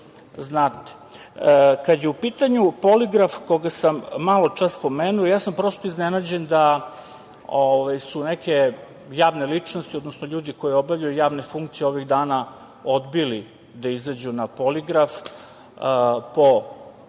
opredeljuje. Kad je u pitanju poligraf koga sam maločas spomenuo, ja sam prosto iznenađen da su neke javne ličnosti, odnosno ljudi koji obavljaju javne funkcije ovih dana odbili da izađu na poligraf, po pitanju